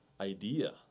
idea